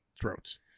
throats